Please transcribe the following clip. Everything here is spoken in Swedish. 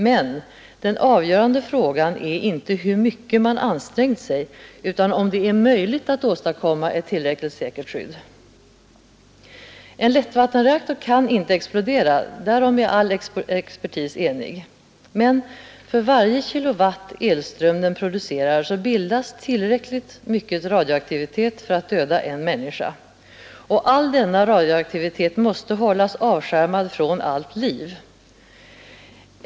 Men den avgörande frågan är inte hur mycket man ansträngt sig utan om det är möjligt att åstadkomma ett tillräckligt säkert skydd. En lättvattenreaktor kan inte explodera, därom är all expertis enig. Men för varje kilowatt-timme elström den producerar bildas tillräckligt mycket radioaktivitet för att döda en människa. All denna radioaktivitet måste hållas avskärmad från allt liv.